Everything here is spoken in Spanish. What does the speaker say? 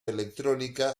electrónica